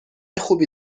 خوبی